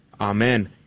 Amen